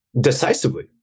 decisively